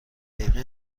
دقیقه